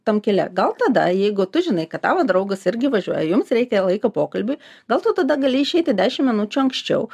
tam kile gal tada jeigu tu žinai kad tavo draugas irgi važiuoja jums reikia laiko pokalbiui gal tu tada gali išeiti dešim minučių anksčiau